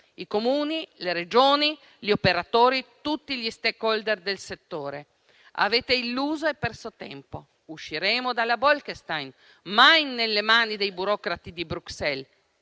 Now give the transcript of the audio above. i Comuni, le Regioni, gli operatori e tutti gli *stakeholder* del settore. Avete illuso e perso tempo. Usciremo dalla Bolkestein, mai nelle mani dei burocrati di Bruxelles!